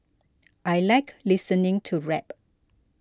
I like listening to rap